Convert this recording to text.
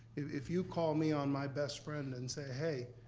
if you call me on my best friend and say, hey,